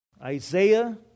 Isaiah